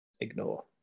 ignore